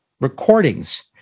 recordings